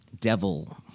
Devil